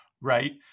right